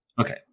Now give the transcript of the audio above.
Okay